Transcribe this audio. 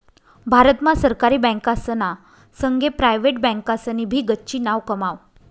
भारत मा सरकारी बँकासना संगे प्रायव्हेट बँकासनी भी गच्ची नाव कमाव